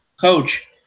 Coach